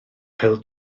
pêl